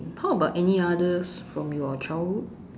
how about any others from your childhood